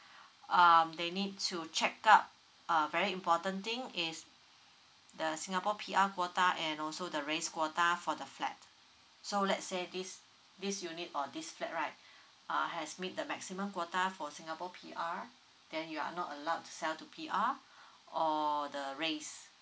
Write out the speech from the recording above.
um they need to check out uh very important thing is the singapore P_R quota and also the race quota for the flat so let's say this this you need for this flat right uh has meet the maximum quota for singapore P_R then you are not allowed to sell to P_R or the race